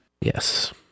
Yes